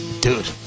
Dude